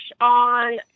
on